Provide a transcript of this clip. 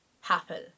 happen